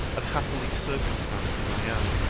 unhappily circumstanced as i am,